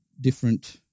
different